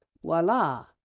Voila